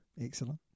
Excellent